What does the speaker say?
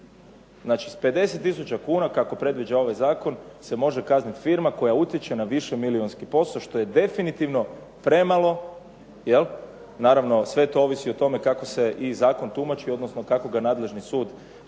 Znači s 50 tisuća kuna kako predviđa ovaj zakon se može kazniti firma koja utječe na višemilijunski posao, što je definitivno premalo. Naravno sve to ovisi o tome kako se i zakon tumači, odnosno kako ga nadležni sud kad